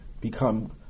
become